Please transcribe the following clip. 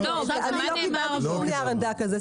אני לא קיבלתי שום נייר עמדה כזה.